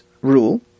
rule